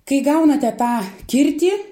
kai gaunate tą kirtį